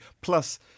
Plus